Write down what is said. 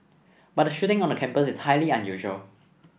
but a shooting on a campus is highly unusual